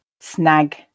Snag